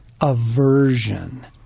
aversion